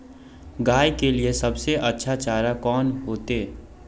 गाय के लिए सबसे अच्छा चारा कौन होते?